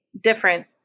different